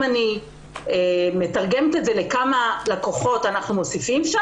אם אני מתרגמת לכמה לקוחות אנחנו מוסיפים,